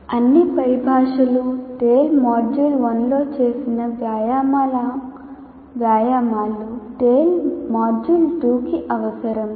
అన్ని పరిభాషలు tale module 1 లో చేసిన అన్ని వ్యాయామాలు టేల్ మాడ్యూల్ 2 కి అవసరం